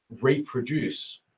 reproduce